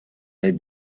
may